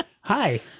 Hi